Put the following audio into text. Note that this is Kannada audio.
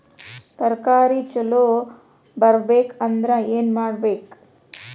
ತರಕಾರಿ ಛಲೋ ಬರ್ಬೆಕ್ ಅಂದ್ರ್ ಏನು ಮಾಡ್ಬೇಕ್?